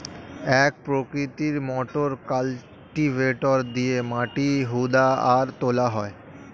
এক প্রকৃতির motor cultivator দিয়ে মাটি হুদা আর তোলা হয়